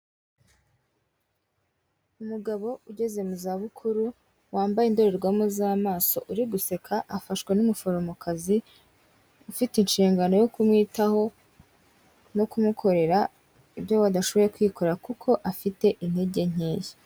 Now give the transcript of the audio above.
Umugabo ugeze mu zabukuru, wambaye indorerwamo z'amaso, uri guseka, afashwe n'umuforomokazi, ufite inshingano yo kumwitaho no kumukorera ibyo we adashoboye kwikorera kuko afite intege nkeya.